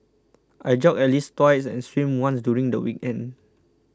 I jog at least twice and swim once during the weekend